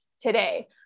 today